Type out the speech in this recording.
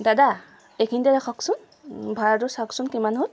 দাদা এইখিনিতে ৰাখকচোন ভাড়াটো চাওকচোন কিমান হ'ল